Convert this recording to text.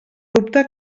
dubte